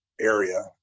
area